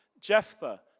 Jephthah